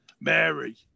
Mary